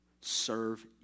serve